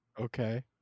Okay